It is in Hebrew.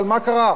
אבל מה קרה?